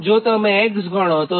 6Ω થશે